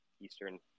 Eastern